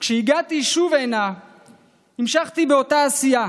כשהגעתי הנה שוב המשכתי באותה עשייה.